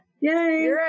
Yay